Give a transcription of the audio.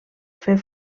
fer